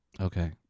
okay